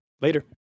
Later